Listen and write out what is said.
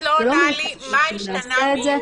את לא עונה לי מה השתנה מיולי.